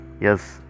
Yes